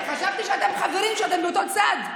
חשבתי שאתם חברים, שאתם באותו צד.